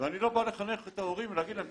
ואני לא בא לחנך את ההורים ולהגיד להם,